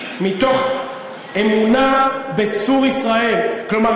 "מתוך אמונה בצור ישראל" כלומר,